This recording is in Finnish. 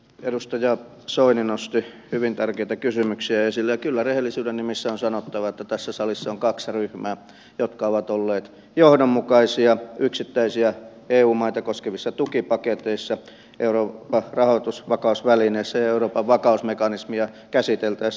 edustaja soini nosti hyvin tärkeitä kysymyksiä esille ja kyllä rehellisyyden nimissä on sanottava että tässä salissa on kaksi ryhmää jotka ovat olleet johdonmukaisia yksittäisiä eu maita koskevissa tukipaketeissa euroopan rahoitusvakausvälineessä ja euroopan vakausmekanismia käsiteltäessä